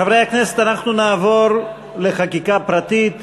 חברי הכנסת, אנחנו נעבור לחקיקה פרטית.